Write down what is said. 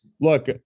look